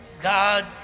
God